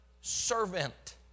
servant